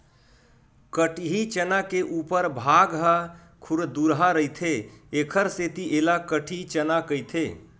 कटही चना के उपर भाग ह खुरदुरहा रहिथे एखर सेती ऐला कटही चना कहिथे